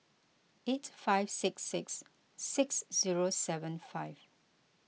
eight five six six six zero seven five